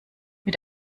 mit